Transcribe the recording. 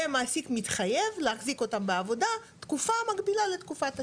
והמעסיק מתחייב להחזיק אותם בעבודה תקופה המקבילה לתקופת הסיוע.